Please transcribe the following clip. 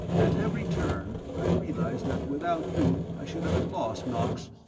at every turn i realize that without you i should have been lost, knox.